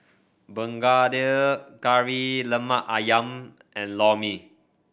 Begedil Kari Lemak ayam and Lor Mee